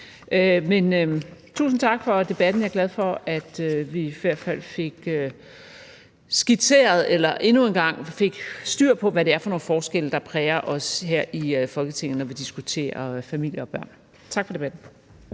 en gang fik skitseret eller fik styr på, hvad det er for nogle forskelle, der præger os her i Folketinget, når vi diskuterer familier og børn. Tak for debatten.